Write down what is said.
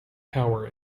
power